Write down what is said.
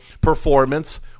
performance